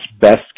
best